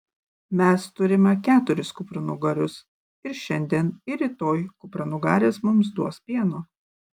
mes turime keturis kupranugarius ir šiandien ir rytoj kupranugarės mums duos pieno